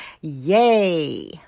Yay